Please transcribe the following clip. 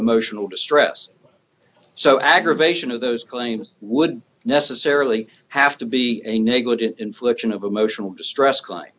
emotional distress so aggravation of those claims would necessarily have to be a negligent infliction of emotional distress kin